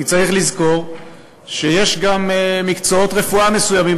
כי צריך לזכור שיש גם מקצועות רפואה מסוימים,